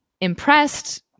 impressed